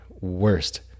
worst